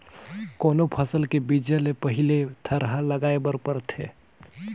कोनो फसल के बीजा ले पहिली थरहा लगाए बर परथे